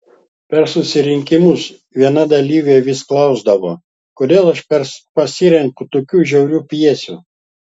per susirinkimus viena dalyvė vis klausdavo kodėl aš pasirinkau tokią žiaurią pjesę